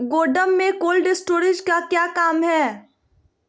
गोडम में cold storage का क्या काम है?